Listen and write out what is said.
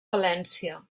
valència